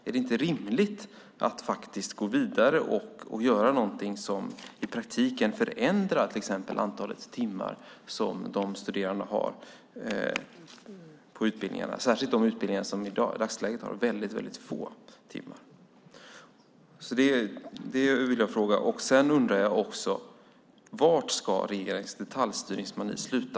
Är det inte rimligt att faktiskt gå vidare och göra någonting som i praktiken förändrar till exempel antalet timmar som de studerande har på utbildningar, särskilt de utbildningar som i dagsläget har väldigt få timmar? Sedan undrar jag också: Var ska regeringens detaljstyrningsmani sluta?